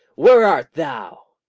where art thou